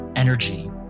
energy